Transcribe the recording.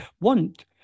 want